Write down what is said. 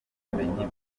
ubumenyi